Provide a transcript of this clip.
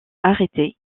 arrêtés